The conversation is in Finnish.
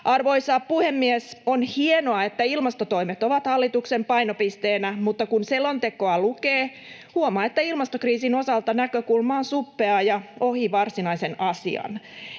Arvoisa puhemies! On hienoa, että ilmastotoimet ovat hallituksen painopisteenä, mutta kun selontekoa lukee, huomaa, että ilmastokriisin osalta näkökulma on suppea ja ohi varsinaisen asian.